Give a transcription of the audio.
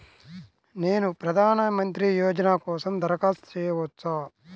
నేను ప్రధాన మంత్రి యోజన కోసం దరఖాస్తు చేయవచ్చా?